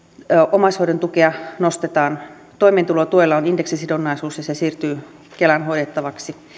omaishoidon tukea nostetaan toimeentulotuella on indeksisidonnaisuus ja se siirtyy kelan hoidettavaksi